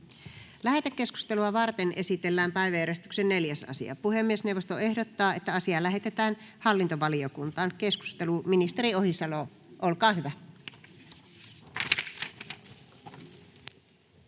Lähetekeskustelua varten esitellään päiväjärjestyksen 9. asia. Puhemiesneuvosto ehdottaa, että asia lähetetään hallintovaliokuntaan. Lähetekeskustelua varten varataan